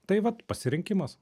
tai vat pasirinkimas